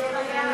אדוני היושב-ראש,